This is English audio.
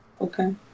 Okay